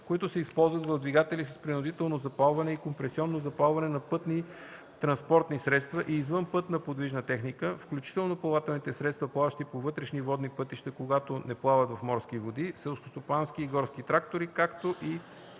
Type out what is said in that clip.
които се използват в двигатели с принудително запалване и компресионно запалване на пътни транспортни средства и извънпътна подвижна техника (включително плавателните средства, плаващи по вътрешните водни пътища, когато не плават в морски води), селскостопански и горски трактори, както и